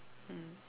mm